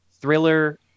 thriller